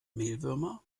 mehlwürmer